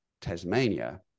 tasmania